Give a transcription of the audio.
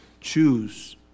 choose